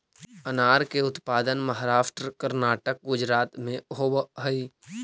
अनार के उत्पादन महाराष्ट्र, कर्नाटक, गुजरात में होवऽ हई